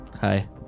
Hi